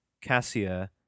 cassia